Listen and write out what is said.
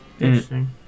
Interesting